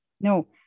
No